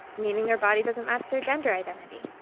meaning their body doesn't match their gender identity.